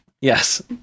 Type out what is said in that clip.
Yes